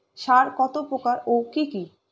সার কত প্রকার ও কি কি?